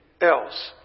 else